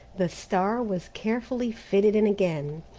the star was carefully fitted in again,